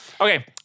Okay